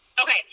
Okay